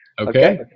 Okay